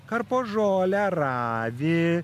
karpo žolę ravi